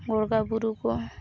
ᱜᱳᱨᱜᱟᱵᱩᱨᱩ ᱠᱚ